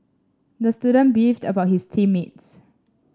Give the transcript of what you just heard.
the student beefed about his team mates